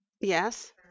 Yes